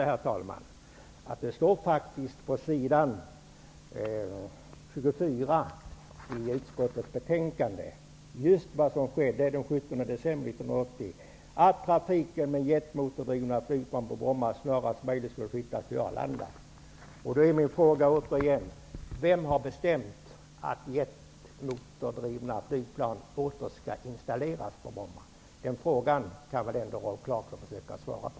På s. 24 i utskottets betänkande står vad som skedde den 17 december 1980. Då beslöt riksdagen att ''trafiken med jetmotordrivna flygplan på Då frågar jag igen: Vem har bestämt att jetmotordrivna flygplan åter skall installeras på Bromma? Den frågan kan väl Rolf Clarkson ändå försöka svara på.